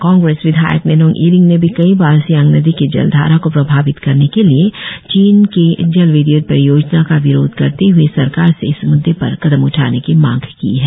कांग्रेस विधायक निनोंग इरिंग ने भी कई बार सियांग नदी की जलधारा को प्रभावित करने के लिए चीन के जलविदय्त परियोजना का विरोध करते हुए सरकार से इस मुद्दे पर कदम उठाने की मांग की है